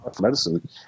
medicine